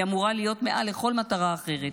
היא אמורה להיות מעל לכל מטרה אחרת,